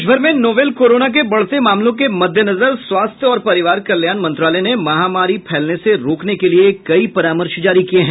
देशभर में novel corona के बढ़ते मामलों के मद्देनजर स्वास्थ्य और परिवार कल्याण मंत्रालय ने महामारी फैलने से रोकने के लिए कई परामर्श जारी किए हैं